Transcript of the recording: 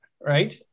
right